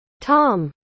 Tom